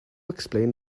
explain